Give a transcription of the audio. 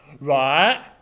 Right